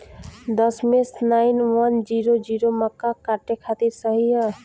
दशमेश nine one zero zero मक्का काटे खातिर सही ह?